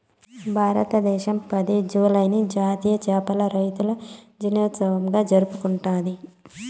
భారతదేశం పది, జూలైని జాతీయ చేపల రైతుల దినోత్సవంగా జరుపుకుంటాది